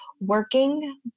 working